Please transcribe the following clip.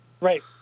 Right